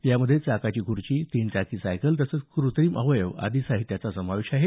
यामध्ये चाकाची खूर्ची तीन चाकी सायकलतसंच क्रत्रीम अवयव आदी साहित्याचा समावेश आहे